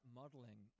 modeling